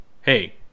Hey